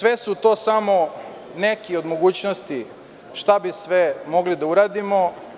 Sve su to samo neke od mogućnosti šta bi sve mogli da uradimo.